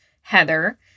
Heather